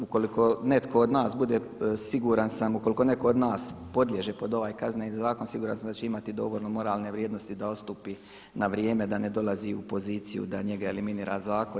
Ukoliko netko od nas bude, siguran sam ukoliko netko od nas podliježe pod ovaj Kazneni zakon siguran sam da će imati dovoljno moralne vrijednosti da odstupi na vrijeme da ne dolazi u poziciju da njega eliminira zakon.